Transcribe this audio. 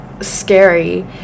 scary